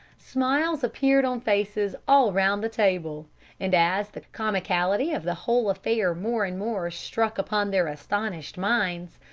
smiles appeared on faces all round the table and as the comicality of the whole affair more and more struck upon their astonished minds,